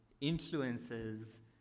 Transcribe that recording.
influences